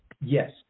Yes